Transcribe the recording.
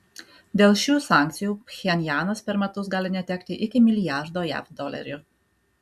dėl šių sankcijų pchenjanas per metus gali netekti iki milijardo jav dolerių